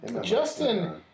Justin